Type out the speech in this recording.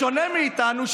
בשונה מאיתנו,